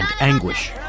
anguish